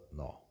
no